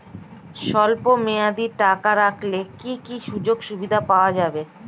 স্বল্পমেয়াদী টাকা রাখলে কি কি সুযোগ সুবিধা পাওয়া যাবে?